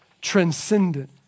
transcendent